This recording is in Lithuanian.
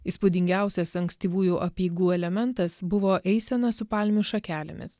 įspūdingiausias ankstyvųjų apeigų elementas buvo eisena su palmių šakelėmis